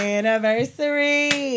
anniversary